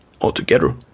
altogether